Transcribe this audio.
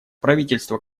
правительство